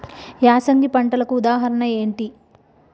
యాసంగి పంటలకు ఉదాహరణ ఏంటి?